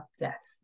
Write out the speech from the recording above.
yes